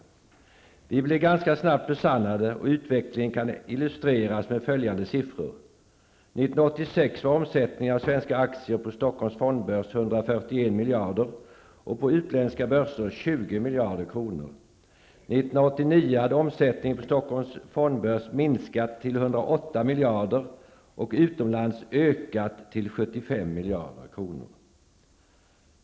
Våra farhågor blev ganska snabbt besannade, och utvecklingen kan illustreras med följande siffror: 108 miljarder och utomlands ökat till 75 miljarder kronor.